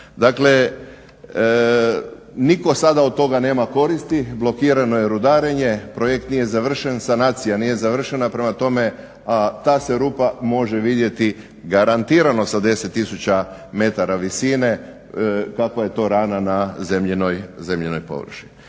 Dakle, nitko sada od toga nema koristi, blokirano je rudarenje, projekt nije završen, sanacija nije završena prema tome ta se rupa može vidjeti garantirano sa 10 tisuća metara visine kakva je to rana na zemljinoj površini.